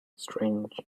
strange